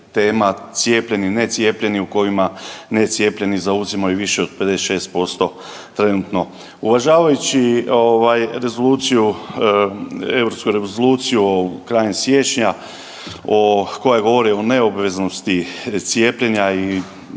cijepljenje, ne cijepljenje u kojima necijepljeni zauzimaju više od 56% trenutno. Uvažavajući Europsku rezoluciju ovu krajem siječnja koja govori o neobaveznosti cijepljenja i